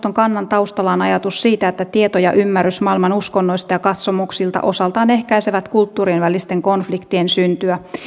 neuvoston kannan taustalla on ajatus siitä että tieto ja ymmärrys maailman uskonnoista ja katsomuksista osaltaan ehkäisevät kulttuurien välisten konfliktien syntyä